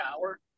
hour